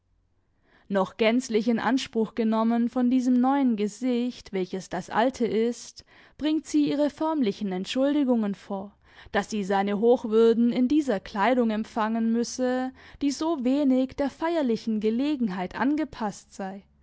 noch gänzlich in anspruch genommen von diesem neuen gesicht welches das alte ist bringt sie ihre förmlichen entschuldigungen vor daß sie seine hochwürden in dieser kleidung empfangen müsse die so wenig der feierlichen gelegenheit angepaßt sei